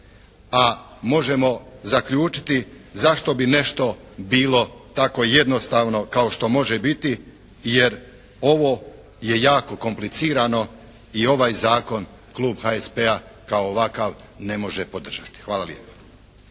a možemo zaključiti zašto bi nešto bilo tako jednostavno kao što može i biti. Jer ovo je jako komplicirano i ovaj zakon klub HSP-a kao ovakav ne može podržati. Hvala lijepa.